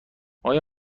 آیا